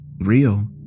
Real